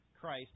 Christ